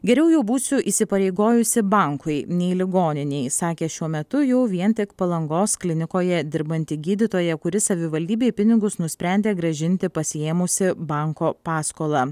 geriau jau būsiu įsipareigojusi bankui nei ligoninei sakė šiuo metu jau vien tik palangos klinikoje dirbanti gydytoja kuri savivaldybei pinigus nusprendė grąžinti pasiėmusi banko paskolą